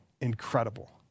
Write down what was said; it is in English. incredible